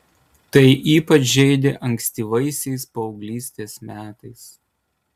tai ypač žeidė ankstyvaisiais paauglystės metais